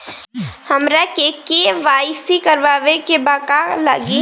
हमरा के.वाइ.सी करबाबे के बा का का लागि?